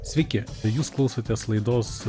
sveiki jūs klausotės laidos